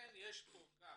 ולכן יש פה גם